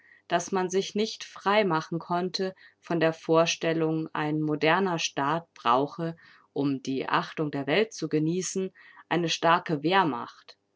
daß man sich nicht frei machen konnte von der vorstellung ein moderner staat brauche um die achtung der welt zu genießen eine starke wehrmacht